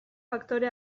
faktore